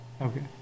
Okay